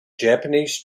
japanese